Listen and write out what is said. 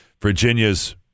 Virginia's